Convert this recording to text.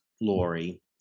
Lori